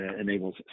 enables